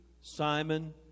simon